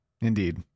indeed